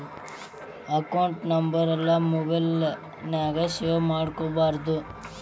account ನಂಬರೆಲ್ಲಾ mobile ನ್ಯಾಗ save ಮಾಡ್ಕೊಬಾರ್ದು